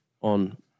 on